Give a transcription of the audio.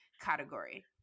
category